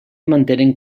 mantenen